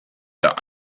der